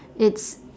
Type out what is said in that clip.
it's